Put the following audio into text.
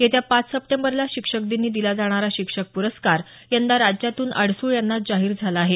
येत्या पाच सप्टेंबरला शिक्षक दिनी दिला जाणारा शिक्षक प्रस्कार यंदा राज्यातून अडसूळ यांनाच जाहीर झाला आहे